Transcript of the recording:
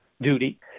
duty